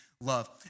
love